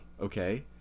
Okay